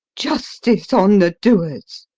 justice on the doers!